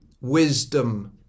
wisdom